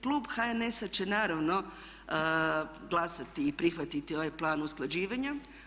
Klub HNS-a će naravno glasati i prihvatiti ovaj plan usklađivanja.